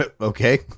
Okay